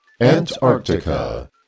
Antarctica